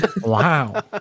Wow